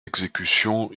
exécutions